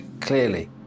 clearly